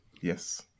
Yes